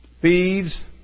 feeds